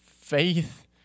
Faith